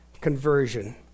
conversion